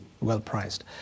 well-priced